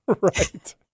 Right